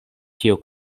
tio